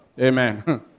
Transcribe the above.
Amen